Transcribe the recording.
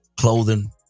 clothing